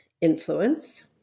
influence